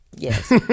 Yes